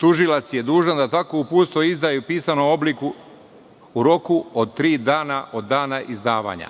tužilac je dužan da takvo uputstvo izda i u pisanom obliku, u roku od tri dana od dana izdavanja,